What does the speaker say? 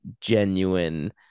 genuine